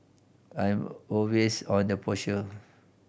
I'm always on the partial